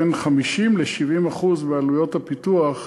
בין 50% ל-70% בעלויות הפיתוח,